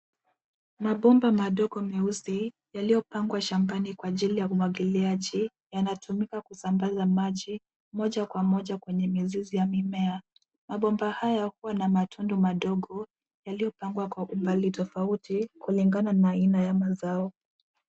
Mabomba madogo meusi yaliyopangwa shambani kwa ajili ya umwagiliaji yanatumika kusambaza maji moja kwa moja kwenye mizizi ya mimea. Mabomba haya huwa na matundu madogo, yaliyopangwa kwa umbali tofauti kulingana na aina ya mazao.